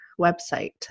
website